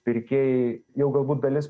pirkėjai jau galbūt dalis